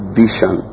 vision